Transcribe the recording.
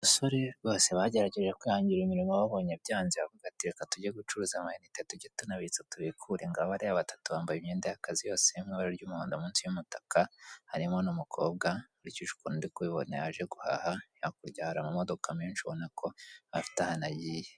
Abasore bose bagerageje kwihangira umurimo babonye byanze baravuga ati reka tujye gucuruza amayinite, tujye tunabitsa tubikure, ngabariya batatu bambaye imyenda y'akazi yose iri mu ibara ry'umuhondo munsi y'umutaka, harimo n'umukobwa nkurikije ukuntu ndi kubibona yaje guhaha. Hakurya hari amamodoka menshi ubona ko afite ahantu agiye.